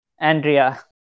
Andrea